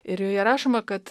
ir joje rašoma kad